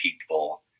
people